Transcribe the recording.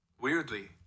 Weirdly